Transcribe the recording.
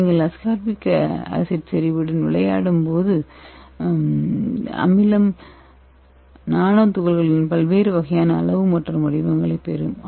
நீங்கள் அஸ்கார்பிக் செறிவுடன் முயற்சி செய்யும் போது நானோ துகள்களின் பல்வேறு வகையான அளவு மற்றும் வடிவங்களைப் பெறுவோம்